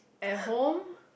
at home